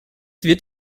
wird